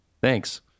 thanks